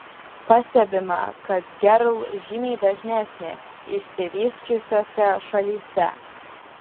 pastebima kad gerl žymiai dažnesnė išsivysčiusiose šalyse